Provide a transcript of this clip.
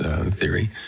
theory